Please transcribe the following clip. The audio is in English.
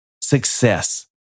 success